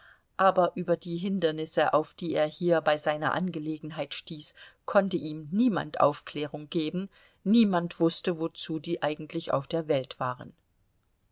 aber über die hindernisse auf die er hier bei seiner angelegenheit stieß konnte ihm niemand aufklärung geben niemand wußte wozu die eigentlich auf der welt waren